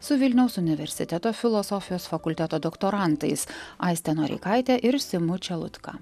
su vilniaus universiteto filosofijos fakulteto doktorantais aiste noreikaite ir simu čelutka